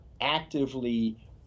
actively